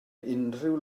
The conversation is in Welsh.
unrhyw